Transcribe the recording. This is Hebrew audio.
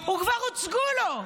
הן כבר הוצגו לו.